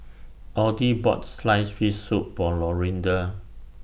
Audie bought Sliced Fish Soup For Lorinda